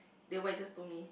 then what you just told me